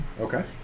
Okay